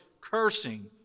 cursing